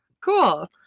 cool